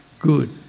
good